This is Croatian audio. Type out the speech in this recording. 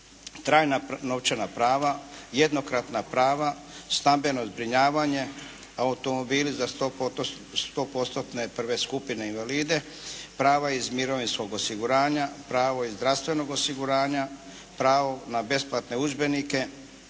trajna novčana prava, jednokratna prava, stambeno zbrinjavanje, automobili za 100% I. skupine invalide, prava iz mirovinskog osiguranja, pravo iz zdravstvenog osiguranja, pravo na besplatne udžbenike,